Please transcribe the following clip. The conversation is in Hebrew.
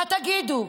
מה תגידו?